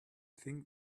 think